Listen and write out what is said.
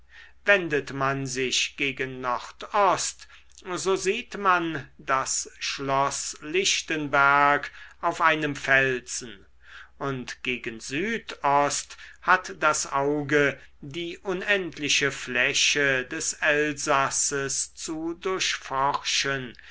wendet man sich gegen nordost so sieht man das schloß lichtenberg auf einem felsen und gegen südost hat das auge die unendliche fläche des elsasses zu durchforschen